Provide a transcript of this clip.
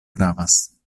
gravas